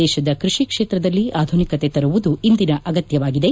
ದೇಶದ ಕೃಷಿ ಕ್ಷೇತ್ರದಲ್ಲಿ ಆಧುನಿಕತೆ ತರುವುದು ಇಂದಿನ ಅಗತ್ಯವಾಗಿದೆ